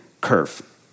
curve